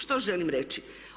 Što želim reći?